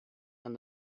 and